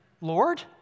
Lord